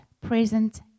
present